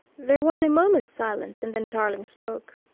there was a moment's silence, and then tarling spoke.